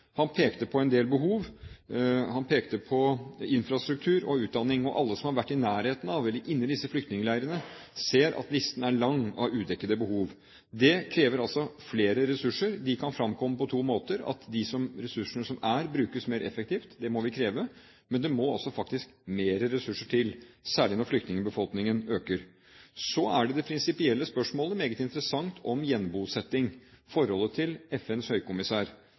Han pekte på en del behov. Han pekte på infrastruktur og utdanning. Alle som har vært i nærheten av eller inne i disse flyktningleirene, ser at listen er lang av udekkede behov. Det krever altså flere ressurser. De kan framkomme på to måter, at de ressursene som er, brukes mer effektivt – det må vi kreve – men det må også faktisk mer ressurser til, særlig når flyktningbefolkningen øker. Så er det prinsipielle spørsmålet meget interessant. Det gjelder gjenbosetting og forholdet til FNs høykommissær.